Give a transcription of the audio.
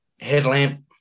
Headlamp